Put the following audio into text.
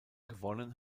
gewonnen